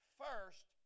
first